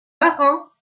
marins